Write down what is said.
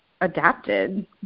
adapted